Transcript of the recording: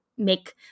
make